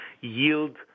yield